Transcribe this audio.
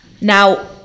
Now